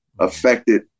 affected